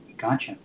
Gotcha